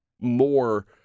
more